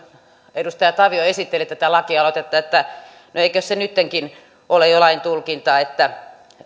edustaja tavio esitteli tätä lakialoitetta että no eikös se nyttenkin ole jo lain tulkintaa että